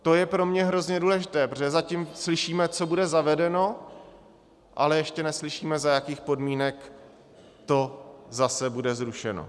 To je pro mě hrozně důležité, protože zatím slyšíme, co bude zavedeno, ale ještě neslyšíme, za jakých podmínek to zase bude zrušeno.